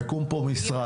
יקום פה משרד,